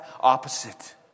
opposite